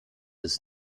ist